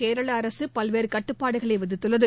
கேரளா அரசு பல்வேறு கட்டுப்பாடுகளை விதித்துள்ளது